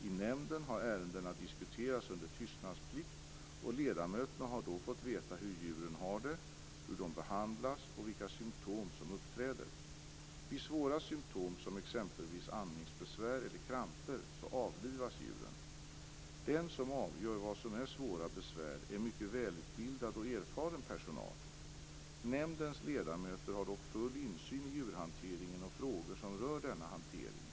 I nämnden har ärendena diskuterats under tystnadsplikt, och ledamöterna har då fått veta hur djuren har det, hur de behandlas och vilka symtom som uppträder. Vid svåra symtom, som exempelvis andningsbesvär eller kramper, avlivas djuren. Den som avgör vad som är svåra besvär tillhör en mycket välutbildad och erfaren personal. Nämndens ledamöter har dock full insyn i djurhanteringen och frågor som rör denna hantering.